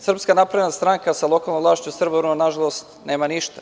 Srpska napredna stranka sa lokalnom vlašću Srbobrana nažalost nema ništa.